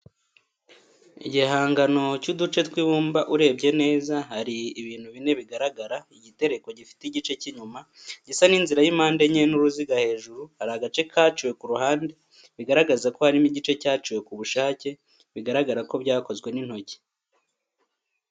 Igihangano cy’uduce tw’ibumba urebye neza, hari ibintu bine bigaragara, igitereko gifite igice cy’inyuma gisa n’inzira y’impande enye n’uruziga hejuru. Hari agace kaciwe ku ruhande, bigaragaza ko harimo igice cyaciwe ku bushake, biragaragara ko byakozwe n’intoki.